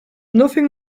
nothing